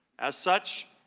as such,